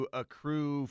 accrue